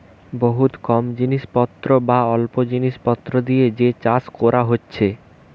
বহুত কম জিনিস পত্র বা অল্প জিনিস পত্র দিয়ে যে চাষ কোরা হচ্ছে